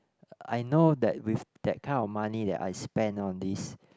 I know that with that kind of money that I spend on this